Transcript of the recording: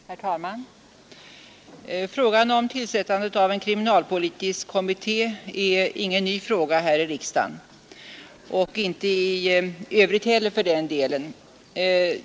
Herr talman! Frågan om tillsättandet av en kriminalpolitisk kommitté är inte ny här i riksdagen — och det är inte någon ny fråga annars heller för den delen.